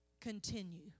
continue